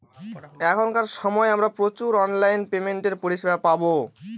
এখনকার সময় আমরা প্রচুর অনলাইন পেমেন্টের পরিষেবা পাবো